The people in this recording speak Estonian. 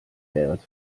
käivad